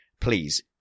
Please